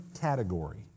category